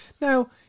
now